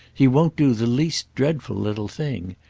he won't do the least dreadful little thing.